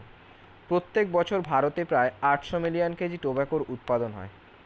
প্রত্যেক বছর ভারতে প্রায় আটশো মিলিয়ন কেজি টোবাকোর উৎপাদন হয়